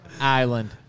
Island